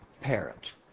parent